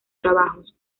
trabajos